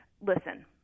listen